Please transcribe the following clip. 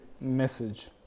message